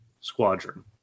squadron